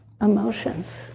emotions